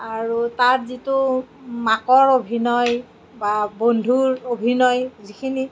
আৰু তাত যিটো মাকৰ অভিনয় বা বন্ধুৰ অভিনয় যিখিনি